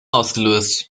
ausgelöst